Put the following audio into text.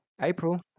April